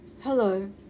Hello